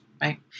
right